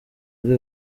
ari